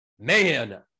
man